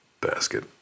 basket